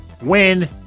win